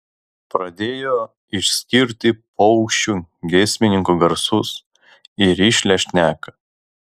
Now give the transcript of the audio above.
pradėjo išskirti paukščių giesmininkų garsus į rišlią šneką